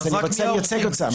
אני רוצה לייצג אותם.